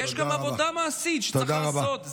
יש גם עבודה מעשית שצריך לעשות.